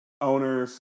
owners